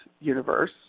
universe